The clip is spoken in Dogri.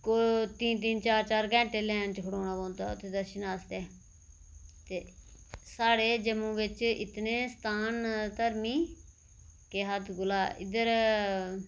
तीन तीन चार चार घैंटे लाईन च खड़ोना पौंदा उत्थै दर्शन आस्तै ते साढ़े जम्मू बिच इन्ने स्थान न धर्मी के हद्ध कोला इद्धर